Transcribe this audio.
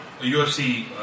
UFC